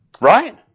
Right